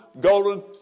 golden